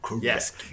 yes